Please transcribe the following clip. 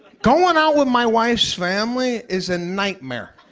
going out with my wife's family is a nightmare.